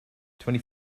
twenty